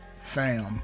Fam